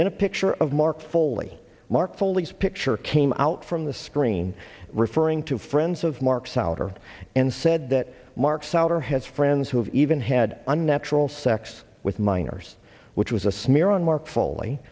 then a picture of mark foley mark foley's picture came out from the screen referring to friends of mark souder and said that mark souder has friends who have even had unnatural sex with minors which was a smear on mark f